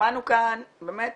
שמענו כאן באמת